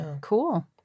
Cool